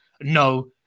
no